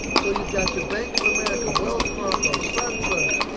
so you've got your bank of america, wells fargo, suntrust,